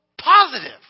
positive